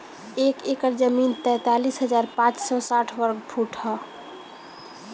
एक एकड़ जमीन तैंतालीस हजार पांच सौ साठ वर्ग फुट ह